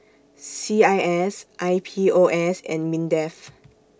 C I S I P O S and Mindef